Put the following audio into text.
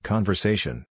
Conversation